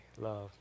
love